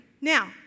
Now